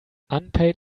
unpaid